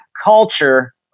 Culture